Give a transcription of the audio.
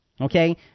Okay